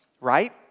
right